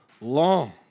long